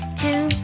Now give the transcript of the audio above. two